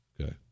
Okay